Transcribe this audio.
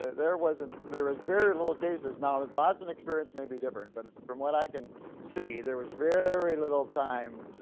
there wasn't, there was very little cases, now that boston experience may be different, but from what i can see, there was very little time,